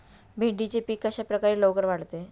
भेंडीचे पीक कशाप्रकारे लवकर वाढते?